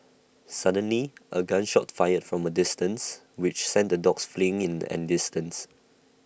suddenly A gun shot fired from A distance which sent the dogs fleeing in an instant